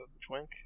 twink